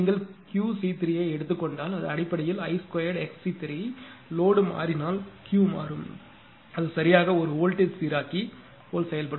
எனவே நீங்கள் QC3 ஐ எடுத்துக் கொண்டால் இது அடிப்படையில் I2xc3 லோடு மாறினால் Q மாறும் அது சரியாக ஒரு வோல்டேஜ் சீராக்கி போல் செயல்படும்